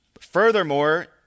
furthermore